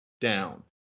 down